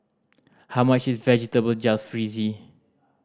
how much is Vegetable Jalfrezi